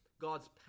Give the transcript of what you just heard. God's